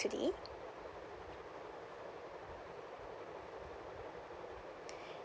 today